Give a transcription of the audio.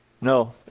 No